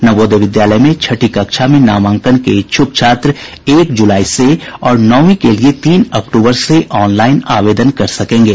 नवोदय विद्यालय में छठी कक्षा में नामांकन के इच्छ्क छात्र एक ज्लाई से और नौवीं के लिये तीन अक्टूबर से ऑनलाइन आवेदन कर सकेंगे